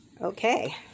Okay